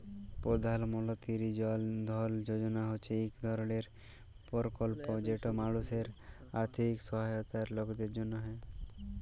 পধাল মলতিরি জল ধল যজলা হছে ইক ধরলের পরকল্প যেট মালুসের আথ্থিক সহায়তার লকদের জ্যনহে